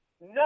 No